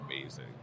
amazing